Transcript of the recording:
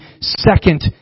second